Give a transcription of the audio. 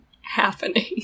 happening